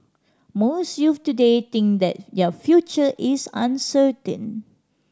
most youths today think that their future is uncertain